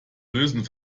lösen